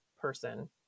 person